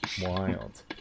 wild